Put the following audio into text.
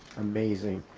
amazing.